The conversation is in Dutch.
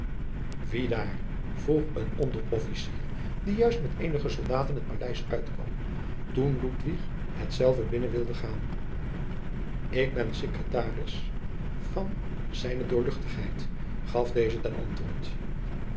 hof wiedaar vroeg een onderofficier die juist met eenige soldaten het paleis uitkwam toen ludwig hetzelve binnen wilde gaan ik ben secretaris van z d gaf deze ten antwoord